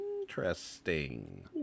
Interesting